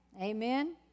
Amen